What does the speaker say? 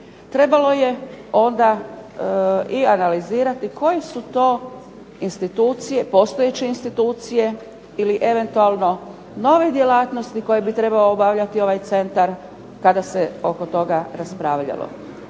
trebalo je onda i analizirati koje su to institucije, postojeće institucije ili eventualno nove djelatnosti koje bi trebao obavljati ovaj centar kada se oko toga raspravljalo.